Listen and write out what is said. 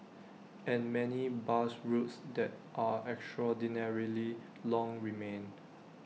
and many bus routes that are extraordinarily long remain